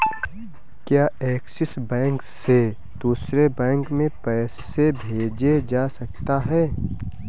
क्या Axis Bank से दूसरे बैंक में पैसे भेजे जा सकता हैं?